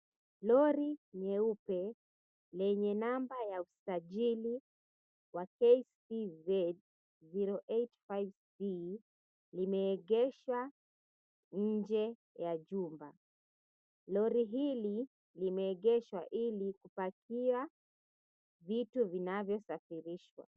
Lori nyeupe lenye namba ya usajili wa KTZ 085C limeegeshwa nje ya jumba. Lori hili limeegeshwa ili kupakia vitu vinavyo𝑠afirishwa.